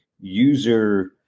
user